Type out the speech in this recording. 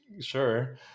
sure